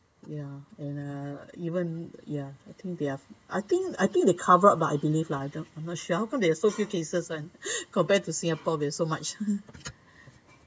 ya and uh even ya I think they have I think I think they covered up lah I believe lah I'm not sure how come they have so few cases [one] compared to singapore we've so much